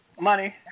money